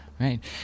right